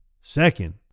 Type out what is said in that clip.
Second